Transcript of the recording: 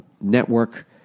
Network